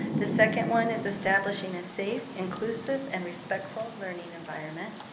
the second one is establishing a safe, inclusive, and respectful learning environment.